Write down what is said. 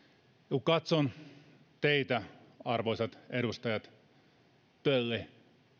kun katson teitä arvoisat edustajat tölli